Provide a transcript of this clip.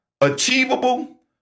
achievable